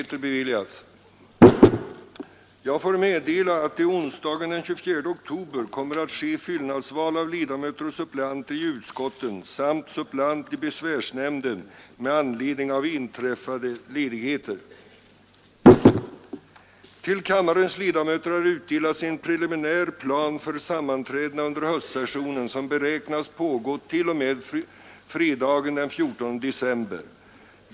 Till kammarens ledamöter har utdelats en preliminär plan för sammanträdena under höstsessionen, som beräknas pågå t.o.m. fredagen den 14 december.